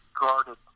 guarded